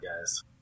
guys